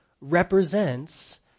represents